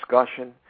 discussion